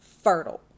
fertile